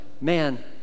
Man